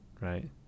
right